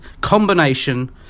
combination